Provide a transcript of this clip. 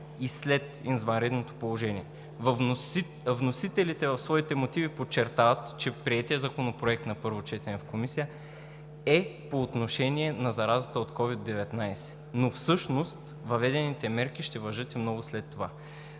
и след извънредното положение. Вносителите в своите мотиви подчертават, че приетият законопроект на първо четене в Комисията е по отношение на заразата от СОVID-19, но всъщност въведените мерки ще важат и много след това.